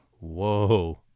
Whoa